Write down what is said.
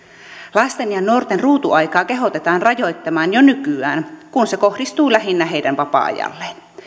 lasten ja nuorten ruutuaikaa kehotetaan rajoittamaan jo nykyään kun se kohdistuu lähinnä heidän vapaa aikaansa